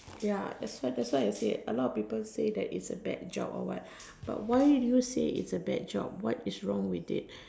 ya that's why that's why I say a lot of people say that it's a bad job or what but why do you say it's a bad job what is wrong with it